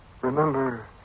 remember